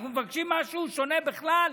אנחנו מבקשים משהו שונה בכלל?